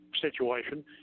situation